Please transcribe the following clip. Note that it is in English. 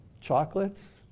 chocolates